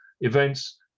events